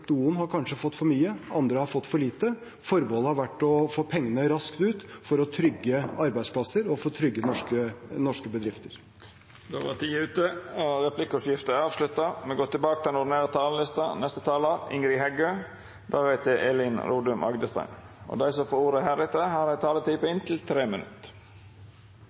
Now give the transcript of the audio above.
noen kanskje har fått for mye, mens andre har fått for lite. Formålet har vært å få pengene raskt ut for å trygge arbeidsplasser og norske bedrifter. Replikkordskiftet er slutt. Dei talarane som heretter får ordet, har ei taletid på inntil 3 minutt. Vasskrafta er ryggrada i kraftsystemet i Noreg, og det er vår viktigaste og